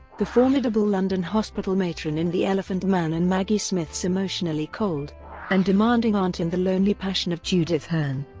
the formidable london hospital matron in the elephant man and maggie smith's emotionally cold and demanding aunt in the lonely passion of judith hearne.